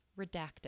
redacted